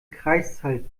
kreiszahl